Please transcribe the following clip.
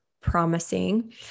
promising